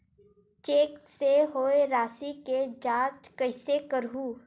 Cheque से होए राशि के जांच कइसे करहु?